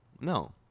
No